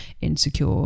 insecure